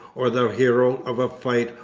or the hero of a fight,